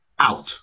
out